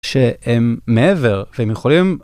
שהם מעבר, והם יכולים...